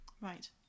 right